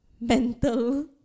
mental